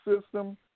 system